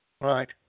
right